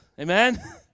Amen